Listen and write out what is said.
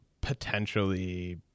potentially